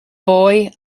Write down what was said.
boy